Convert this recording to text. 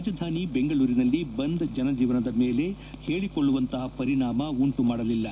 ರಾಜಧಾನಿ ಬೆಂಗಳೂರಿನಲ್ಲಿ ಬಂದ್ ಜನಜೀವನದ ಮೇಲೆ ಹೇಳಕೊಳ್ಳುವಂತಹ ಪರಿಣಾಮ ಉಂಟುಮಾಡಲಿಲ್ಲ